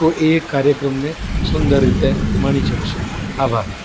તો એ કાર્યક્રમને સુંદર રીતે માણી શકશે આભાર